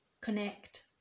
connect